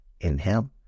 inhale